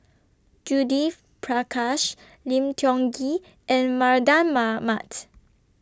Judith Prakash Lim Tiong Ghee and Mardan Mamat